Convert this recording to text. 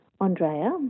andrea